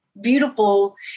beautiful